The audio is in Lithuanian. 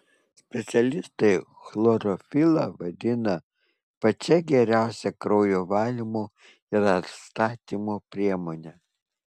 specialistai chlorofilą vadina pačia geriausia kraujo valymo ir atstatymo priemone